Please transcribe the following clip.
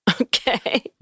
Okay